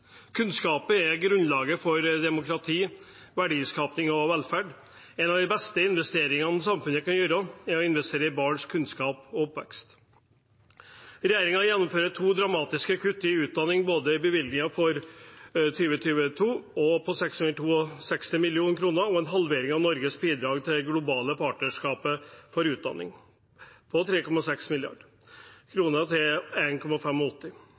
er grunnlaget for demokrati, verdiskaping og velferd. En av de beste investeringene samfunnet kan gjøre, er å investere i barns kunnskap og oppvekst. Regjeringen gjennomfører to dramatiske kutt til utdanning, både et kutt i bevilgningen for 2022 på 662 mill. kr og en halvering av Norges bidrag til det globale partnerskapet for utdanning, fra 3,7 mrd. kr til